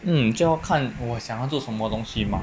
mm 就要看我想要做什么东西嘛